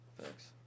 Thanks